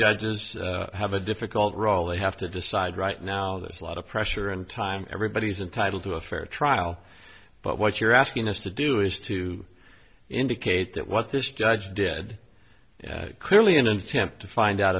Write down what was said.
judges have a difficult role they have to decide right now there's a lot of pressure and time everybody's entitled to a fair trial but what you're asking us to do is to indicate that what this judge did clearly in an attempt to find out